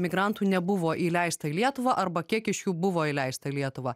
migrantų nebuvo įleista į lietuvą arba kiek iš jų buvo įleista į lietuvą